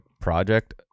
project